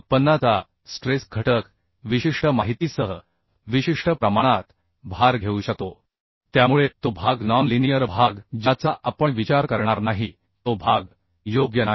उत्पन्नाचा स्ट्रेस घटक विशिष्ट माहितीसह विशिष्ट प्रमाणात भार घेऊ शकतो त्यामुळे तो भाग नॉनलिनीअर भाग ज्याचा आपण विचार करणार नाही तो भाग योग्य नाही